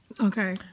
Okay